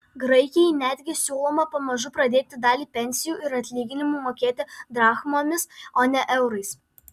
graikijai netgi siūloma pamažu pradėti dalį pensijų ir atlyginimų mokėti drachmomis o ne eurais